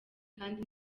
kandi